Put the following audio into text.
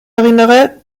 erinnere